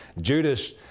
Judas